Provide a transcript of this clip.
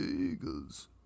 Eagles